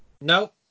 No